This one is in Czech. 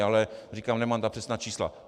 Ale říkám, že nemám přesná čísla.